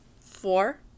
four